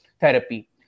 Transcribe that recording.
therapy